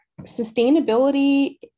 sustainability